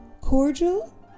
Cordial